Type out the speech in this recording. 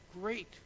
Great